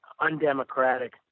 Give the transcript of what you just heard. undemocratic